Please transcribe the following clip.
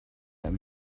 let